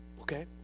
okay